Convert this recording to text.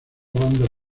banda